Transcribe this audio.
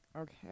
Okay